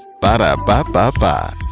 Ba-da-ba-ba-ba